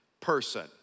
person